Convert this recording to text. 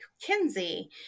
Kinsey